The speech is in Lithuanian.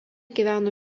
gyveno